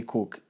Cook